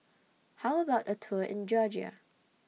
How about A Tour in Georgia